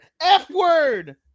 F-word